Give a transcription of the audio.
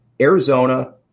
Arizona